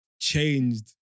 Changed